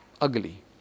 Ugly